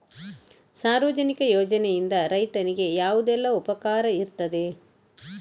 ಸಾರ್ವಜನಿಕ ಯೋಜನೆಯಿಂದ ರೈತನಿಗೆ ಯಾವುದೆಲ್ಲ ಉಪಕಾರ ಇರ್ತದೆ?